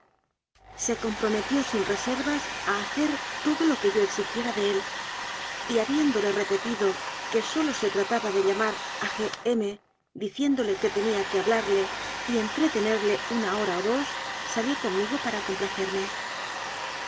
com prometió sin reservas a hacer todo lo que yo exi giera de él y habiéndole repetido que sólo se tra taba de llamar a g m diciéndole que tenía que hablarle y entretenerle una hora o dos salió conmigo para